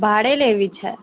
ભાડે લેવી છે